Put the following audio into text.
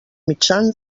mitjà